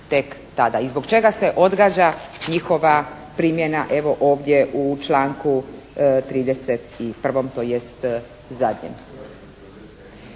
I zbog čega se odgađa njihova primjena evo ovdje u članku 31. tj. zadnjem?